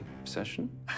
obsession